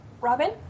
Robin